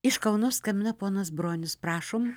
iš kauno skambina ponas bronius prašom